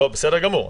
בסדר גמור.